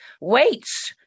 Weights